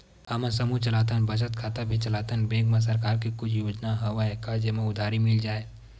हमन समूह चलाथन बचत खाता भी चलाथन बैंक मा सरकार के कुछ योजना हवय का जेमा उधारी मिल जाय?